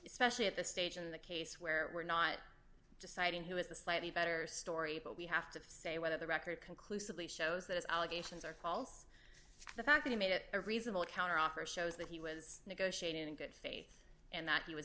especially at this stage in the case where we're not deciding who has a slightly better story but we have to say whether the record conclusively shows that his allegations are false the fact he made it a reasonable counteroffer shows that he was negotiating in good faith and that he was